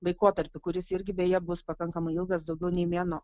laikotarpį kuris irgi beje bus pakankamai ilgas daugiau nei mėnuo